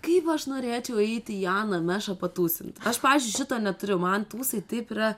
kaip aš norėčiau eiti į aną mešą patūsint aš pavyzdžiui šito neturiu man tūsai taip yra